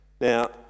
Now